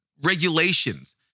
regulations